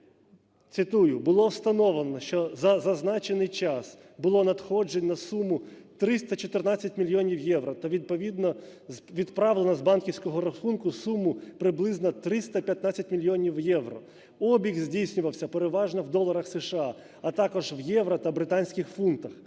Цитую: "Було встановлено, що за зазначений час було надходжень на суму 314 мільйонів євро та відповідно відправлено з банківського рахунку суму приблизно 315 мільйонів євро. Обіг здійснювався переважно в доларах США, а також в євро та британських фунтах.